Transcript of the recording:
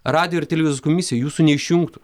radijo ir televizijos komisija jūsų neišjungtų